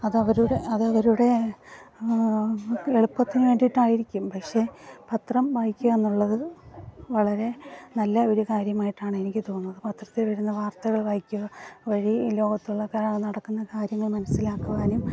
അത് അവരുടെ അതവരുടെ എളുപ്പത്തിന് വേണ്ടിയിട്ടായിരിക്കും പക്ഷേ പത്രം വായിക്കുക എന്നുള്ളത് വളരെ നല്ല ഒരു കാര്യമായിട്ടാണ് എനിക്ക് തോന്നുന്നത് പത്രത്തിൽ വരുന്ന വാർത്തകൾ വായിക്കുക വഴി ലോകത്തുള്ള നടക്കുന്ന കാര്യങ്ങൾ മനസ്സിലാക്കുവാനും